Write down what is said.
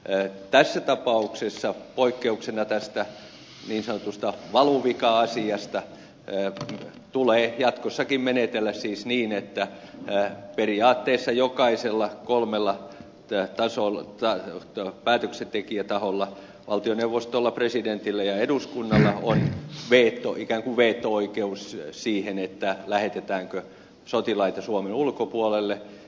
tässä tapauksessa poikkeuksena tästä niin sanotusta valuvika asiasta tulee jatkossakin menetellä siis niin että periaatteessa jokaisella kolmella päätöksentekijätaholla valtioneuvostolla presidentillä ja eduskunnalla on ikään kuin veto oikeus siihen lähetetäänkö sotilaita suomen ulkopuolelle